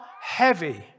heavy